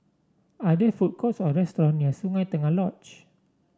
are there food courts or restaurant near Sungei Tengah Lodge